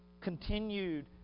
continued